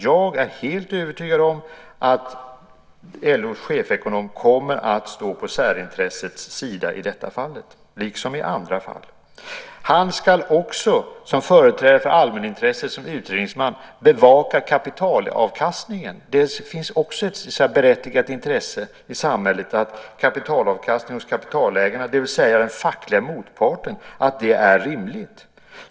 Jag är helt övertygad om att LO:s chefsekonom kommer att stå på särintressets sida i detta fall, liksom i andra fall. Han ska också, som företrädare för allmänintresset, som utredningsman bevaka kapitalavkastningen. Det finns också ett berättigat intresse i samhället att kapitalavkastningen hos kapitalägarna, det vill säga den fackliga motparten, är rimlig.